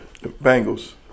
Bengals